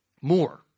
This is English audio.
more